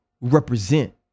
represent